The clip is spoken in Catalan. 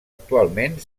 actualment